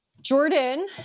Jordan